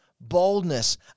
boldness